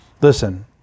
Listen